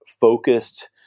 focused